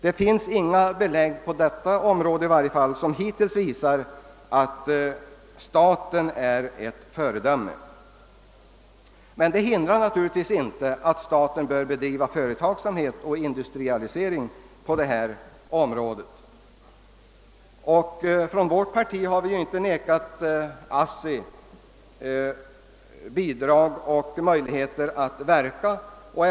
Det finns inget belägg hittills för att staten är ett särskilt gott föredöme på detta område, men detta konstaterande hindrar inte att staten bör ha skogsindustrier. Vi inom vårt parti har sålunda inte velat vägra ASSI bidrag eller andra förutsättningar att bedriva sin verksamhet.